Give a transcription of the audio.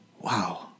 Wow